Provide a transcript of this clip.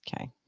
Okay